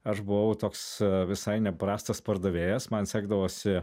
aš buvau toks visai neprastas pardavėjas man sekdavosi